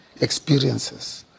experiences